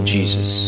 Jesus